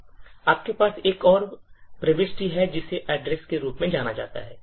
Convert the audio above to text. आपके पास एक और प्रविष्टि है जिसे address के रूप में जाना जाता है